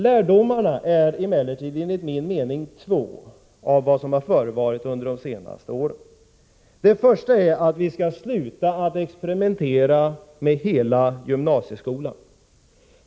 Lärdomarna av vad som förevarit under de senaste åren är emellertid enligt min mening två. Den första är att vi skall sluta att experimentera med hela gymnasieskolan.